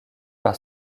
par